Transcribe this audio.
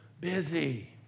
busy